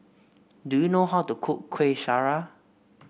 do you know how to cook Kueh Syara